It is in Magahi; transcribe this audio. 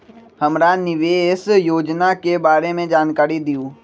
हमरा निवेस योजना के बारे में जानकारी दीउ?